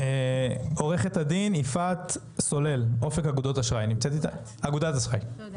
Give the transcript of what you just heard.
עורכת הדין יפעת סולל, אופק אגודת אשראי, בבקשה.